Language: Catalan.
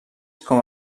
com